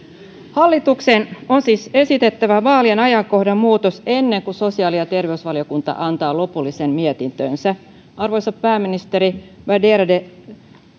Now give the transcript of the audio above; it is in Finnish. hallituksen on siis esitettävä vaalien ajankohdan muutos ennen kuin sosiaali ja terveysvaliokunta antaa lopullisen mietintönsä arvoisa pääministeri värderade